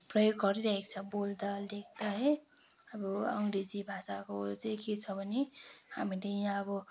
प्रयोग गरिरहेका छौँ बोल्दा लेख्दा है अब अङ्ग्रेजी भाषाको चाहिँ के छ भने हामीले यहाँ अब